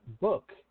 book